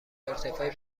ارتفاع